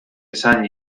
esan